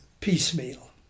piecemeal